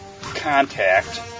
contact